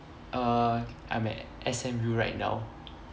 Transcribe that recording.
err I'm at S_M_U right now